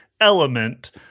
element